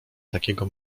takiego